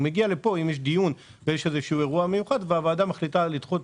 כשהוא מגיע לפה, אם יש דיון והוועדה מחליטה לדחות,